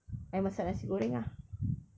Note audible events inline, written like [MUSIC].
I masak nasi goreng [NOISE] ah